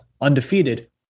undefeated